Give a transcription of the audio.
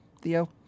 Theo